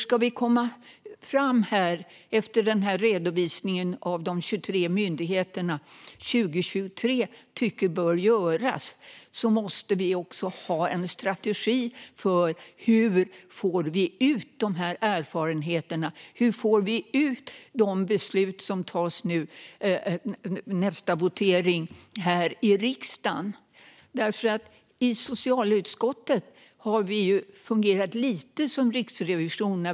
Ska vi komma fram här, efter redovisningen av vad de 23 myndigheterna tycker bör göras 2023, måste vi också ha en strategi för hur vi får ut dessa erfarenheter. Hur får vi ut de beslut som tas under nästa votering här i riksdagen? I socialutskottet har vi fungerat lite som Riksrevisionen.